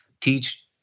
teach